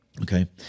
okay